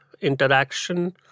interaction